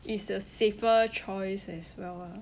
it's a safer choice as well lah